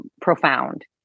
profound